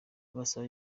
basaba